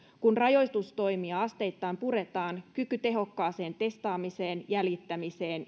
kun rajoitustoimia asteittain puretaan kyky tehokkaaseen testaamiseen jäljittämiseen